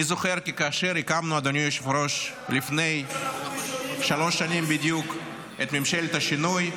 אני זוכר כי כאשר הקמנו לפני שלוש שנים בדיוק את ממשלת השינוי,